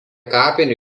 kapinių